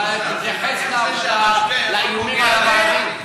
אבל תתייחס לאיומים על הוועדים.